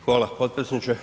Hvala potpredsjedniče.